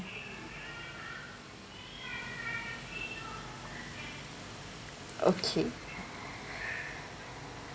okay